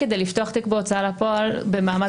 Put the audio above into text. כדי לפתוח תיק בהוצאה לפועל במעמד צד אחד